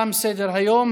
תם סדר-היום.